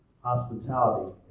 Hospitality